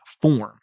form